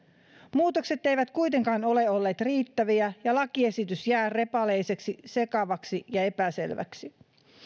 muutokset eivät kuitenkaan ole olleet riittäviä ja lakiesitys jää repaleiseksi sekavaksi ja epäselväksi